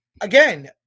again